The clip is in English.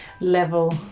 level